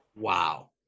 Wow